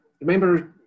Remember